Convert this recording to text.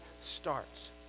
starts